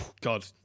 God